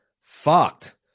fucked